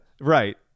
right